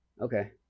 Okay